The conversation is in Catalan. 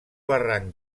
barranc